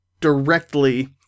directly